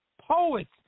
Poets